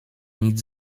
nic